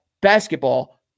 basketball